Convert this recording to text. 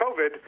COVID